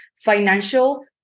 financial